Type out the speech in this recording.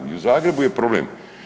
I u Zagrebu je problem.